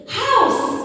house